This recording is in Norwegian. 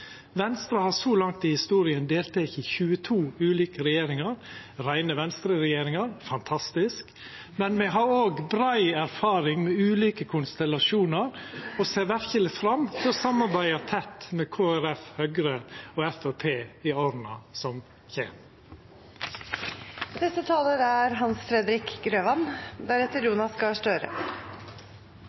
Venstre feira 135-årsdagen sin denne veka. Venstre har så langt i historia delteke i 22 ulike regjeringar – reine Venstre-regjeringar, fantastisk, men me har òg brei erfaring med ulike konstellasjonar og ser verkeleg fram til å samarbeida tett med Kristeleg Folkeparti, Høgre og Framstegspartiet i åra som